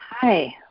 Hi